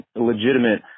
legitimate